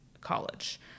college